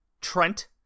Trent